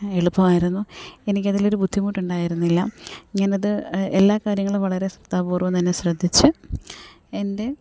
എളുപ്പമായിരുന്നു എനിക്കതിലൊരു ബുദ്ധിമുട്ടുണ്ടായിരുന്നില്ല ഞാനത് എല്ലാ കാര്യങ്ങളും വളരെ ശ്രദ്ധാപൂർവ്വം തന്നെ ശ്രദ്ധിച്ച് എൻ്റെ